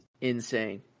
Insane